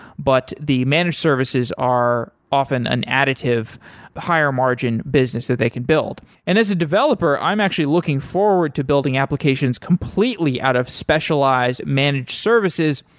but the managed services are often an additive higher-margin business that they can build. and as a developer, i'm actually looking forward to building applications completely out of specialized managed services,